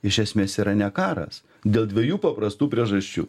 iš esmės yra ne karas dėl dviejų paprastų priežasčių